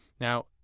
now